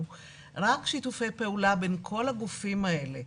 - רק שיתופי פעולה בין כל הגופים האלה,